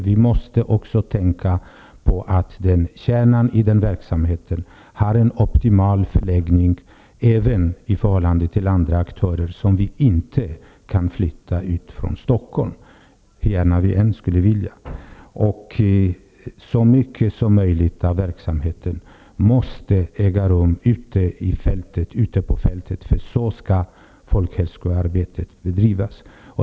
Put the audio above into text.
Dessutom måste man tänka på att kärnan i verksamheten skall ha en optimal förläggning, även i förhållande till andra aktörer som inte kan flyttas ut från Stockholm, hur gärna vi än skulle vilja det. Så mycket av verksamheten som möjligt bör bedrivas ute på fältet, för på så sätt skall folkhälsoarbete bedrivas.